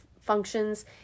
functions